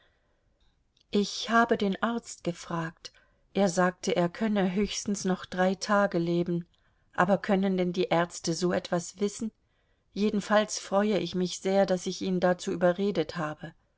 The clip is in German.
ich habe den arzt gefragt er sagte er könne höchstens noch drei tage leben aber können denn die ärzte so etwas wissen jedenfalls freue ich mich sehr daß ich ihn dazu überredet habe